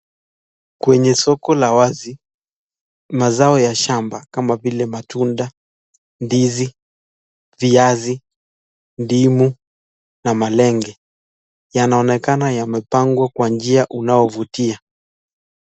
Kwenye soko la wazi, mazao ya shamba kama vile matunda, ndizi, viazi, ndimu na malenge, yanaonekana yamepangwa kwa njia inayo vutia.